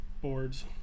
Boards